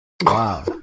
Wow